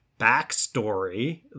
backstory